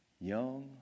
young